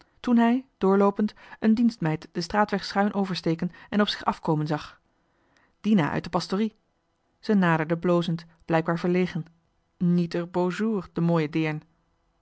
toen hij doorloopend een dienstmeid den straatweg schuin oversteken en op zich afkomen zag dina uit de pastorie ze naderde blozend blijkbaar verlegen niet er beau jour de mooie